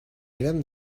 érem